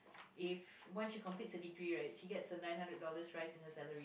if once she complete your degree right she get a nine hundred dollars in her salary